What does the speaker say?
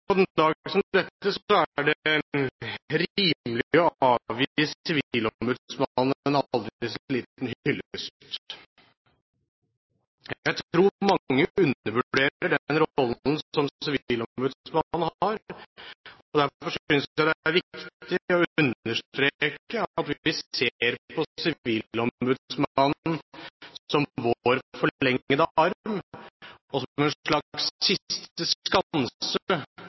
på en dag som dette er det rimelig å avgi sivilombudsmannen en aldri så liten hyllest. Jeg tror mange undervurderer den rollen sivilombudsmannen har. Derfor synes jeg det er viktig å understreke at vi ser på sivilombudsmannen som vår forlengede arm og som en slags